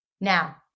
Now